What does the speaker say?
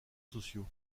sociaux